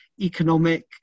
economic